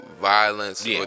violence